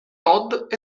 todd